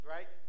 Right